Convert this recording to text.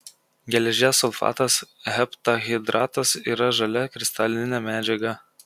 geležies sulfatas heptahidratas yra žalia kristalinė medžiaga